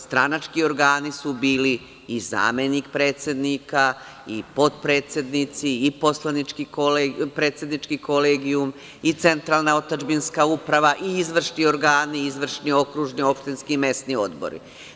Stranački organi su bili i zamenik predsednika i potpredsednici i predsednički kolegijum i Centralna otadžbinska uprava i izvršni organi i izvršni okružni, opštinski i mesni odbori.